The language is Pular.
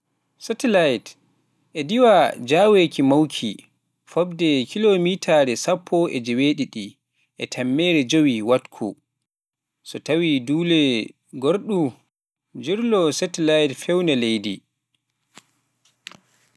Satelit e diwa e njaaweeki mawki, fotdekiloomeeteer ujineje sappo e jeewedidi da tammere jeewi e waktu so tawii doole guurɗe ina njirloo satelit feewde Leydi